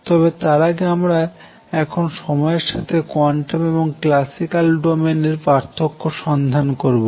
তবে তার আগে আমরা এখন সময়ের সাথে কোয়ান্টাম এবং ক্লাসিক্যাল ডোমেন এর পার্থক্য সন্ধান করবো